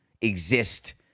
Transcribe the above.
exist